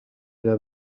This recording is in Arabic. إلى